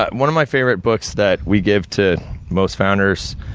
ah one of my favorite books, that we give to most founders,